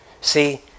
See